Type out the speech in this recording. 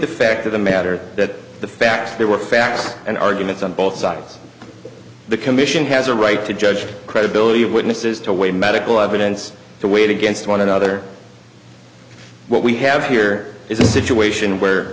the fact of the matter that the facts there were facts and arguments on both sides the commission has a right to judge the credibility of witnesses to weigh medical evidence the weight against one another what we have here is a situation where